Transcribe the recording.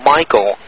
Michael